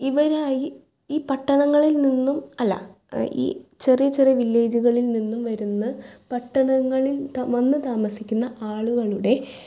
ഇവരായി ഈ പട്ടണങ്ങളിൽ നിന്നും അല്ല ഈ ചെറിയ ചെറിയ വില്ലേജ്കളിൽ നിന്നും വരുന്ന പട്ടണങ്ങളിൽ ത വന്ന് തമസിക്കുന്ന ആളുകളുടെ